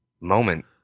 moment